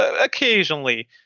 occasionally